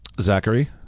Zachary